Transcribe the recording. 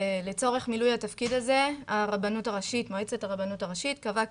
לצורך מילוי תפקיד הזה מועצת הרבנות הראשית קבעה